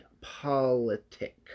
Politic